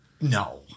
No